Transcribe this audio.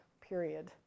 period